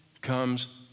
comes